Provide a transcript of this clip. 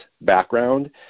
background